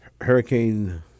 Hurricane